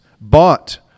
bought